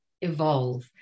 evolve